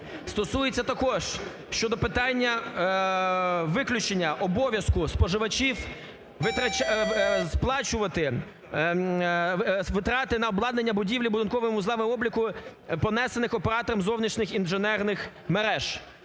стосується також щодо питання виключення обов'язку споживачів сплачувати витрати на обладнання будівлі будинковими вузлами обліку, понесених операторами зовнішніх інженерних мереж.